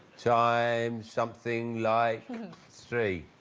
time something like three